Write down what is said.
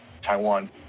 Taiwan